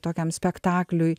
tokiam spektakliui